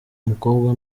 umukobwa